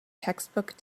textbook